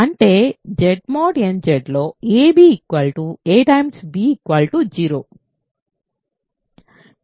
అంటే Z mod nZ లో a b a b 0